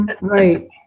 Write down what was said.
Right